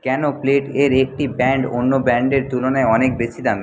কেন প্লেটের একটি ব্র্যান্ড অন্য ব্র্যান্ডের তুলনায় অনেক বেশি দামি